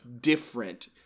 different